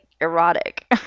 erotic